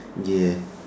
yes